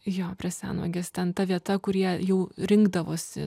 jo prie senvagės ten ta vieta kur jie jau rinkdavosi